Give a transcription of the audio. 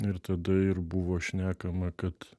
ir tada ir buvo šnekama kad